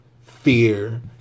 fear